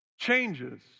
changes